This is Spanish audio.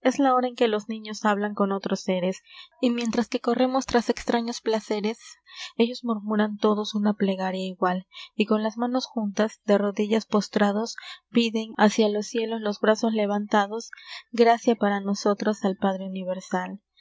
es la hora en que los niños hablan con otros séres y mientras que corremos tras extraños placeres ellos murmuran todos una plegaria igual y con las manos juntas de rodillas postrados piden hácia los cielos los brazos levantados gracia para nosotros al padre universal